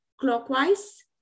clockwise